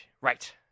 Right